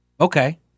okay